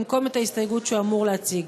במקום את ההסתייגות שהוא אמור להציג.